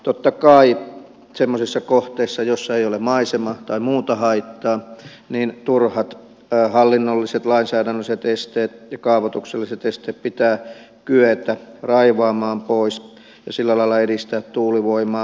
totta kai semmoisissa kohteissa joissa ei ole maisema tai muuta haittaa turhat hallinnolliset lainsäädännölliset esteet ja kaavoitukselliset esteet pitää kyetä raivaamaan pois ja sillä lailla edistää tuulivoimaa